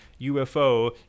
UFO